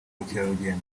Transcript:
bukerarugendo